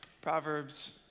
Proverbs